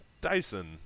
Dyson